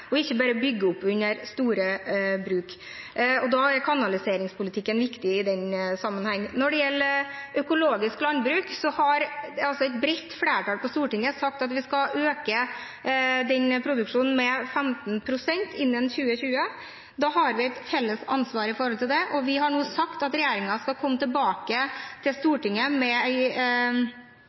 og ikke bare bygge opp under store bruk. Kanaliseringspolitikken er viktig i den sammenhengen. Når det gjelder økologisk landbruk, har et bredt flertall på Stortinget sagt at vi skal øke den produksjonen med 15 pst. innen 2020. Da har vi et felles ansvar for det. Vi har sagt at regjeringen skal komme tilbake til Stortinget med